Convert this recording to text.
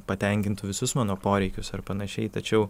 patenkintų visus mano poreikius ar panašiai tačiau